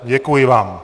Děkuji vám.